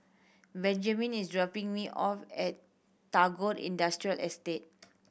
Benjamin is dropping me off at Tagore Industrial Estate